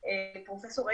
לא,